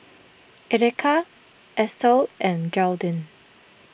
Erika Estel and Jaidyn